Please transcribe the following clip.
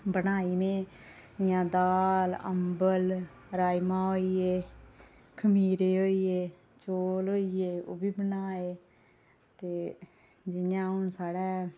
बनाई में जि'यां दाल अम्बल राजमां होइये खमीरे होइये चौल होइये ओह्बी बनाए ते जि'यां हून साढ़े